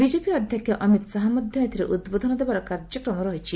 BJP ଅଧ୍ୟକ୍ଷ ଅମିତ୍ ଶାହ ମଧ୍ୟ ଏଥିରେ ଉଦବୋଧନ ଦେବା କାର୍ଯ୍ୟକ୍ରମ ରହିଛି